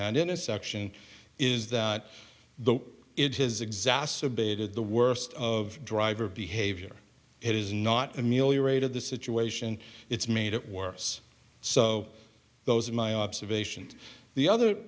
that in a section is that the it has exacerbated the worst of driver behavior it is not a meal you rated the situation it's made it worse so those are my observations the other